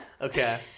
Okay